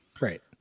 right